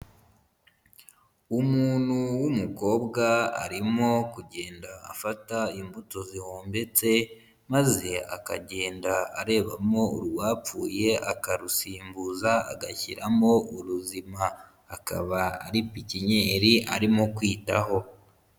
Umuntu w'umukobwa arimo kugenda afata imbuto zihumbitse maze akagenda arebamo urwapfuye akarusimbuza agashyiramo uruzima, akaba ari pikinyeri arimo kwitaho.